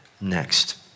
next